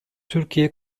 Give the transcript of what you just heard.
türkiye